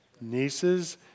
nieces